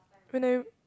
when I